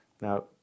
Now